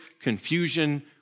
confusion